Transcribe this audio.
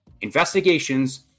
investigations